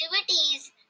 activities